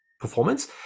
performance